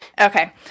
Okay